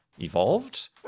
evolved